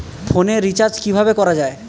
ফোনের রিচার্জ কিভাবে করা যায়?